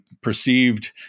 perceived